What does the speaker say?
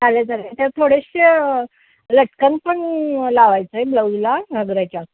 चालेल चालेल त्यात थोडेशे लटकन पण लावायचं आहे ब्लाऊजला घागराच्या